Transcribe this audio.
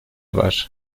var